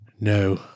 No